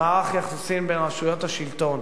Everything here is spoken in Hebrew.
במערך יחסים בין רשויות השלטון,